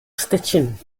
stitching